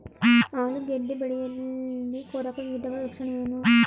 ಆಲೂಗೆಡ್ಡೆ ಬೆಳೆಯಲ್ಲಿ ಕೊರಕ ಕೀಟದ ಲಕ್ಷಣವೇನು?